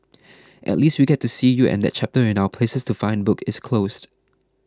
at least we get to see you and that chapter in our 'places to find' book is closed